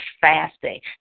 fasting